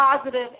positive